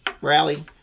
rally